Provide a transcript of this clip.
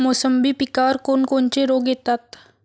मोसंबी पिकावर कोन कोनचे रोग येतात?